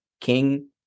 King